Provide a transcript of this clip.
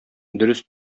дөрес